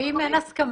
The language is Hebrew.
ואם אין הסכמה.